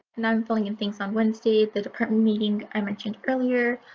and i'm filling in things on wednesday, the department meeting i mentioned earlier,